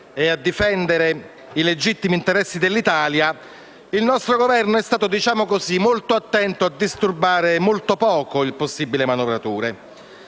e a difendere i legittimi interessi dell'Italia, il nostro Governo è stato molto attento a disturbare molto poco il possibile manovratore.